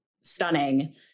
stunning